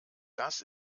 das